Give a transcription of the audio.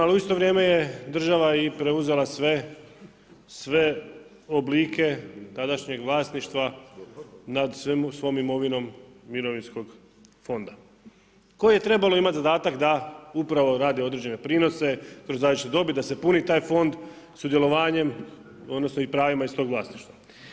Ali u isto vrijeme je država preuzela sve oblike tadašnjeg vlasništva nad svom imovinom mirovinskog fonda koji je trebalo imati zadatak da upravo rade određene prinose kroz različite dobiti, da se puni taj fond sudjelovanjem odnosno pravima iz tog vlasništva.